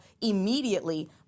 immediately